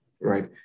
right